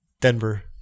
Denver